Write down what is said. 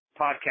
podcast